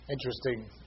interesting